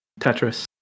Tetris